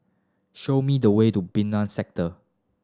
show me the way to Sector